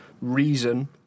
Reason